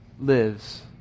lives